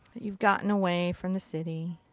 you've gotten away from the city.